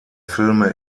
filme